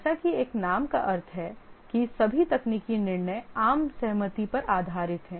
जैसा कि एक नाम का अर्थ है कि सभी तकनीकी निर्णय आम सहमति पर आधारित हैं